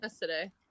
today